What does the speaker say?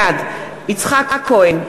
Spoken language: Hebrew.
בעד יצחק כהן,